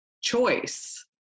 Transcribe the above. choice